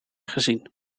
gezien